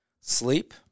sleep